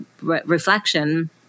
reflection